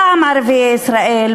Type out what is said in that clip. פעם "ערביי ישראל",